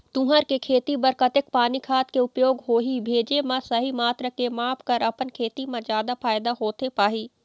तुंहर के खेती बर कतेक पानी खाद के उपयोग होही भेजे मा सही मात्रा के माप कर अपन खेती मा जादा फायदा होथे पाही?